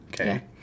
Okay